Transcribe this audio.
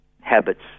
habits